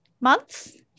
months